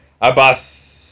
Abbas